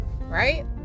right